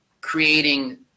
creating